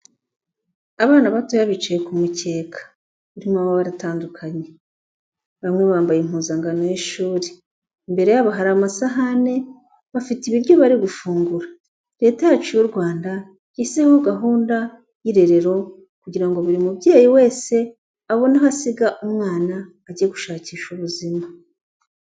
Abana batoya bicaye ku mukeka urimo amabara atandukanye, bamwe bambaye impuzankano y'ishuri, imbere yabo hari amasahane, bafite ibiryo bari gufungura, Leta yacu y'u Rwanda yashyizeho gahunda y'irerero kugira ngo buri mubyeyi wese abone aho asiga umwana ajye gushakisha ubuzima.